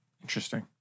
Interesting